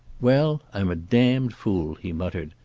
well, i'm a damned fool, he muttered,